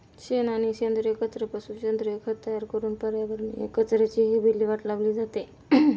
शेण आणि सेंद्रिय कचऱ्यापासून सेंद्रिय खत तयार करून पर्यावरणीय कचऱ्याचीही विल्हेवाट लावली जाते